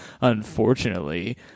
unfortunately